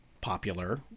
popular